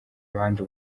abandi